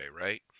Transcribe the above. right